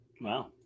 Wow